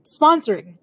sponsoring